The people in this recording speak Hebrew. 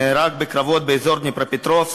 נהרג בקרבות באזור דניפרופטרובסק,